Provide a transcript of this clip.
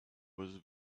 was